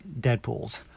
Deadpools